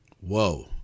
Whoa